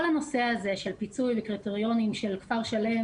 כל הנושא הזה של פיצוי וקריטריונים של כפר שלם,